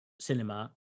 cinema